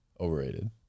overrated